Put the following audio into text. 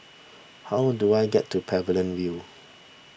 how do I get to Pavilion View